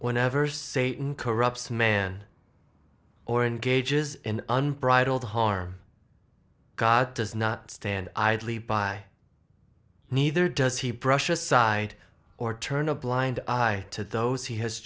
or never satan corrupts man or engages in unbridled harm god does not stand idly by neither does he brush aside or turn a blind eye to those he has